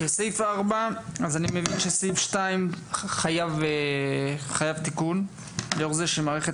אני מבין שסעיף 2 חייב תיקון לאור זה שמערכת